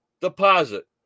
deposit